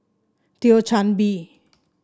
Thio Chan Bee